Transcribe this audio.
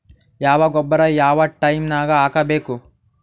ಯಾವ ಗೊಬ್ಬರ ಯಾವ ಟೈಮ್ ನಾಗ ಹಾಕಬೇಕು?